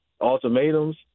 ultimatums